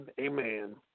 amen